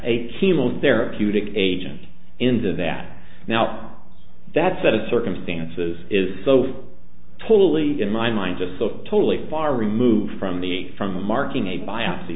chemotherapeutic agents into that now that set of circumstances is so totally in my mind just so totally far removed from the from marking a biopsy